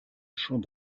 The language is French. champ